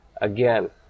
Again